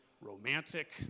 romantic